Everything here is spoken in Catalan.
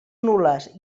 nul·les